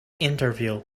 interview